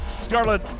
Scarlet